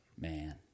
Man